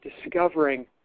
discovering